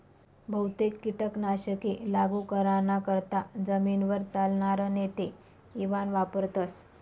बहुतेक कीटक नाशके लागू कराना करता जमीनवर चालनार नेते इवान वापरथस